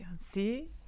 see